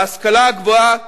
ההשכלה הגבוהה,